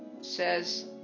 says